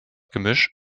gemisch